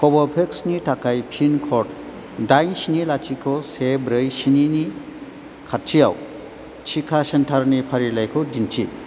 Corbevax थाखाय pin code दाइन स्नि लाथिख' से ब्रै स्नि नि खाथिआव टिका सेन्टारनि फारिलाइखौ दिन्थि